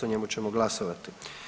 O njemu ćemo glasovati.